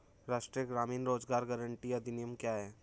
राष्ट्रीय ग्रामीण रोज़गार गारंटी अधिनियम क्या है?